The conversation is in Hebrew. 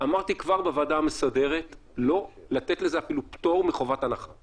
אמרתי כבר בוועדה המסדרת לא לתת לזה אפילו פטור מחובת הנחה